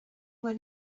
when